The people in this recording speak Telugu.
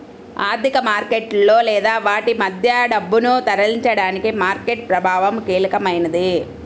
ఆర్థిక మార్కెట్లలో లేదా వాటి మధ్య డబ్బును తరలించడానికి మార్కెట్ ప్రభావం కీలకమైనది